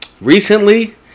Recently